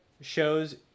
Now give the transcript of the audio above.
shows